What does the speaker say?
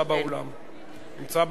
נמצא בירכתיים או במזנון.